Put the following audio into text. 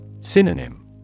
Synonym